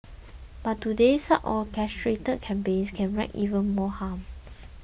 but today such orchestrated campaigns can wreak even more harm